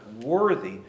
worthy